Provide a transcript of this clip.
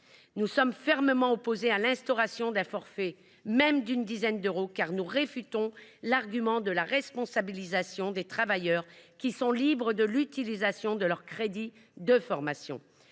Nous sommes fermement opposés à l’instauration d’un forfait même d’une dizaine d’euros, car nous réfutons l’argument de la responsabilisation des travailleurs, qui sont libres de l’utilisation de leurs crédits de formation.